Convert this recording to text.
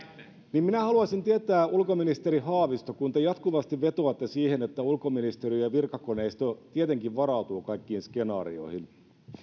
minä haluaisin tietää ulkoministeri haavisto kun te jatkuvasti vetoatte siihen että ulkoministeriö ja virkakoneisto tietenkin varautuvat kaikkiin skenaarioihin